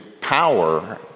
power